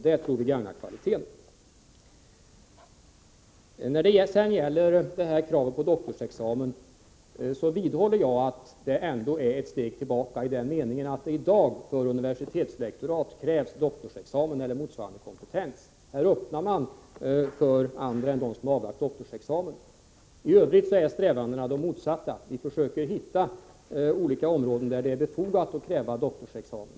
Det tror vi gagnar kvaliteten. När det gäller förslaget att slopa kravet på doktorsexamen vidhåller jag att detta är ett steg tillbaka, i den meningen att det i dag för universitetslektorat krävs doktorsexamen eller motsvarande kompetens. Här öppnar man för andra än dem som avlagt doktorsexamen. I övrigt är strävandena de motsatta. Vi försöker hitta olika områden där det är befogat att kräva doktorsexamen.